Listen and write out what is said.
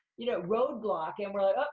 you know, roadblock, and we're like, oh,